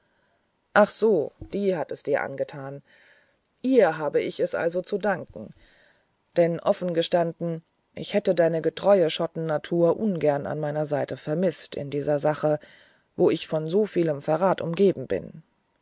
ach so die hat es dir angetan ihr habe ich es also zu danken denn offen gestanden ich hätte deine getreue schottennatur ungern an meiner seite vermißt in dieser sache wo ich von so vielem verrat umgeben bin